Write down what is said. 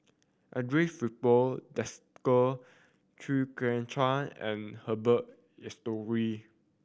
Andre Filipe Desker Chew Kheng Chuan and Herbert Eleuterio